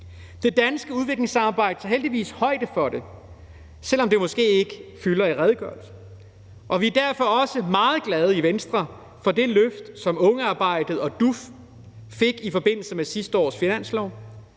Det danske udviklingssamarbejde tager heldigvis højde for det, selv om det måske ikke fylder i redegørelsen, og vi er derfor i Venstre også meget glade for det løft, som ungearbejdet og DUF fik i forbindelse med sidste års finanslov.